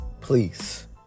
please